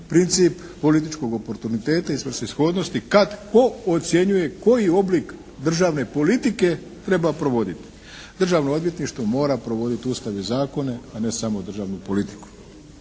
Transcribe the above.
princip, političkog oportuniteta i svrsishodnosti kad tko ocjenjuje koji oblik državne politike treba provoditi. Državno odvjetništvo mora provoditi Ustav i zakone a ne samo državnu politiku.